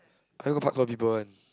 I go park a lot people one